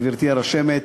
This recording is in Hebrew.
גברתי הרשמת,